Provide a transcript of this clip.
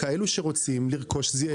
כאלו שרוצים לרכוש זיכיון.